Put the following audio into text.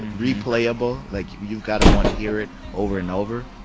replay-able. like, you've got to want to hear it over and over.